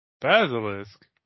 Basilisk